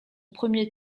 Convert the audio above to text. premier